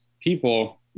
people